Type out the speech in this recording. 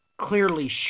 clearly